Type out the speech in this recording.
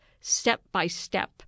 step-by-step